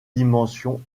dimension